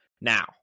Now